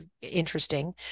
interesting